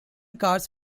cars